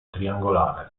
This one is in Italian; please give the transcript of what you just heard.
triangolare